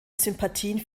sympathien